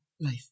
life